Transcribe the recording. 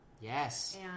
Yes